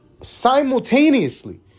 Simultaneously